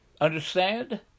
understand